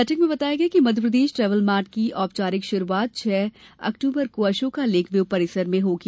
बैठक में बताया गया कि मध्यप्रदेश ट्रेवल मार्ट की औपचारिक शुरूआत छः अक्टूबर को अशोका लेक व्यू परिसर में होगी